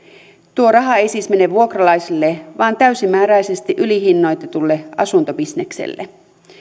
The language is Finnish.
tuo raha ei siis mene vuokralaisille vaan täysimääräisesti ylihinnoitetulle asuntobisnekselle